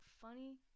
funny